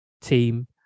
team